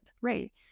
Right